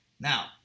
Now